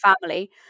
family